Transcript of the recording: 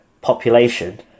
population